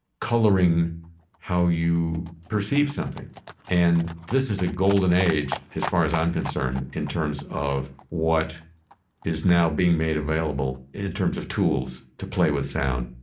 coloring how you perceive something and this is a golden age as far as i'm concerned in terms of what is now being made available in terms of tools to play with sound